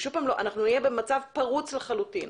ושוב פעם נהיה במצב פרוץ לחלוטין.